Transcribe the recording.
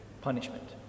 punishment